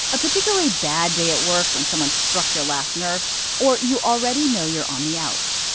a particularly bad day at work when someone struck your last nerve or you already know you're on the outs.